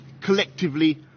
collectively